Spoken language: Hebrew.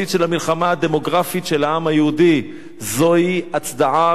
הדמוגרפית של העם היהודי זוהי הצדעה ראשונה,